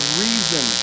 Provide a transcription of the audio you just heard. reason